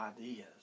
ideas